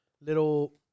little